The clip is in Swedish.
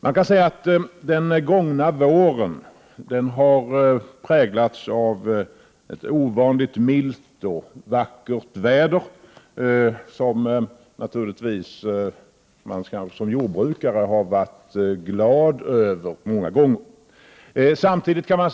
Man kan säga att den gångna våren har präglats av ett ovanligt milt och vackert väder, vilket man som jordbrukare många gånger naturligtvis har varit tacksam över.